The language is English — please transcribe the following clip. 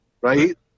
right